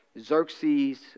Xerxes